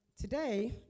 today